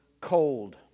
cold